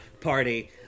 party